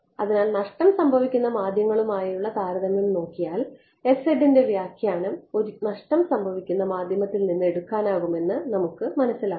അതിനാൽ നഷ്ടം സംഭവിക്കുന്ന മാധ്യമങ്ങളുമായുള്ള താരതമ്യം നോക്കിയാൽ ന്റെ വ്യാഖ്യാനം ഒരു നഷ്ടം സംഭവിക്കുന്ന മാധ്യമത്തിൽ നിന്ന് എടുക്കാനാകുമെന്ന് നമ്മൾ മനസ്സിലാക്കുന്നു